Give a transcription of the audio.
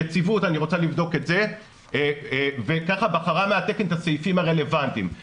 יציבות אני רוצה לבדוק את זה וככה בחרה מהתקן את הסעיפים הרלוונטיים.